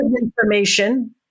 information